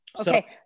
Okay